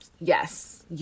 Yes